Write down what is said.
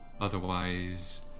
otherwise